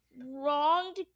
wronged